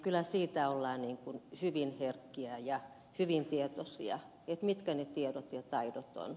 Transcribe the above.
kyllä siitä ollaan hyvin herkkiä ja hyvin tietoisia mitkä ne tiedot ja taidot ovat